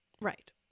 right